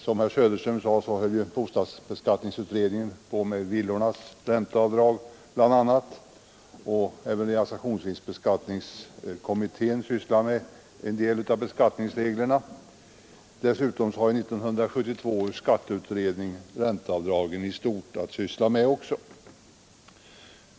Som herr Söderström nämnde tar bostadsbeskattningsutredningen upp bl.a. villornas ränteavdrag, och även realisationsvinstkommittén sysslar med en del av beskattningsreglerna. Dessutom har 1972 års skatteutredning också ränteavdragen i stort att behandla.